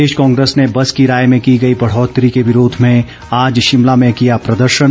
प्रदेश कांग्रेस ने बस किराए में की गई बढ़ोतरी के विरोध में शिमला में किया प्रदर्शन